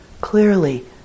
clearly